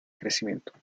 crecimiento